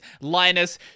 Linus